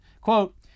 Quote